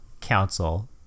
council